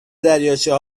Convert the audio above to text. دریاچه